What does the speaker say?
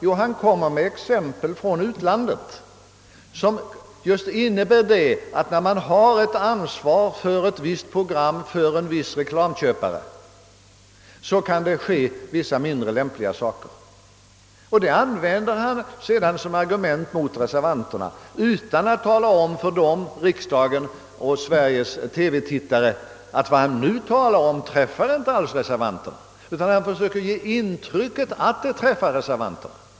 Jo, han kommer med exempel från utlandet som just visar att när man har ett ansvar för ett visst program för en viss reklamköpare, kan vissa mindre önskvärda saker inträffa. Detta använder han som argument mot reservanterna utan att tala om för riksdagen och Sveriges TV-tittare att vad han nu talar om inte alls träffar reservanterna. Han försöker tvärtom ge intryck av att det träffar reservanterna.